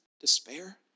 despair